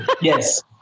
Yes